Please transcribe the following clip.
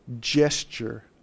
gesture